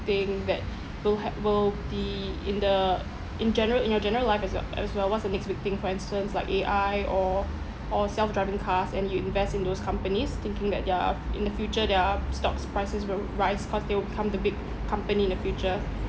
thing that will had will be in the in general in your general life as well as well what's the next big thing for instance like A_I or or self driving cars and you invest in those companies thinking that their in the future their stocks prices will rise cause they will become the big company in the future